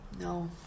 No